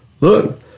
Look